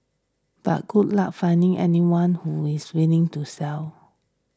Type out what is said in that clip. but good luck finding anyone who is willing to sell